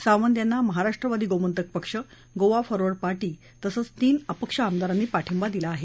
सावंत यांना महाराष्ट्रवादी गोमंतक पक्ष Goa forward party तसंच तीन अपक्ष आमदारांनी पाठिंबा दिला आहे